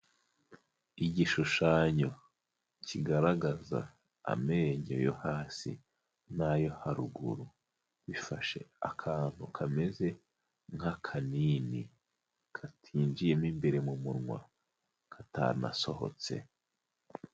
Igishushanyo kigaragaza amenyo yo hasi n'ayo haruguru bifashe akantu kameze nk'akanini katinjiye mo imbere mu munwa katanasohotse.